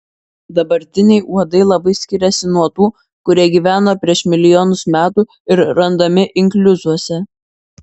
dabartiniai uodai labai skiriasi nuo tų kurie gyveno prieš milijonus metų ir randami inkliuzuose